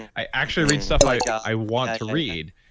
i actually read stuff like i i want to read.